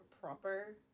proper